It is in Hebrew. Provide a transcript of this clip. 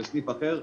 לסניף אחר,